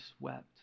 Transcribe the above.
wept